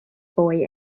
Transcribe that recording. boy